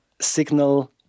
signal